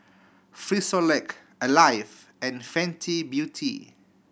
Frisolac Alive and Fenty Beauty